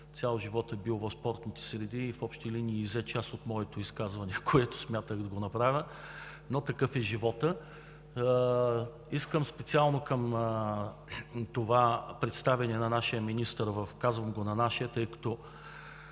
цял живот е бил в спортните среди, и в общи линии иззе част от моето изказване, което смятах да направя, но такъв е животът. Искам специално към това представяне на нашия министър – казвам „на нашия“, тъй като